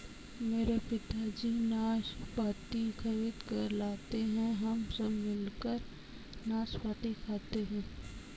मेरे पिताजी नाशपाती खरीद कर लाते हैं हम सब मिलकर नाशपाती खाते हैं